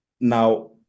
Now